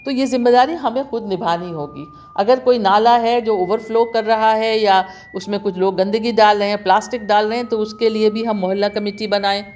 تو یہ ذمہ داری ہمیں خود نبھانی ہوگی اگر کوئی نالا ہے جو اوور فلو کر رہا ہے یا اُس میں کچھ لوگ گندگی ڈال رہے ہیں پلاسٹک ڈال رہے ہیں تو اُس کے لئے بھی ہم محلہ کمیٹی بنائیں